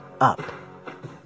up